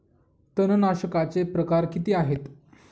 तणनाशकाचे प्रकार किती आहेत?